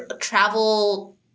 travel